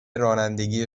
رانندگی